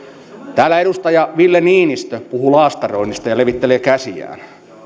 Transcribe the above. täällä edustaja ville niinistö puhuu laastaroinnista ja levittelee käsiään